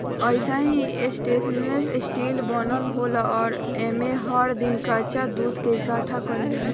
अइसे इ stainless steel के बनल होला आ एमे हर दिन कच्चा दूध के इकठ्ठा कईल जाला